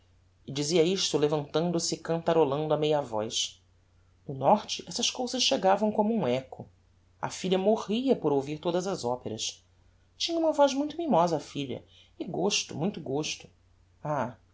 e dizia isto levantando-se e cantarolando a meia voz no norte essas cousas chegavam como um echo a filha morria por ouvir todas as operas tinha uma voz muito mimosa a filha e gosto muito gosto ah